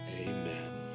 Amen